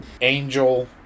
Angel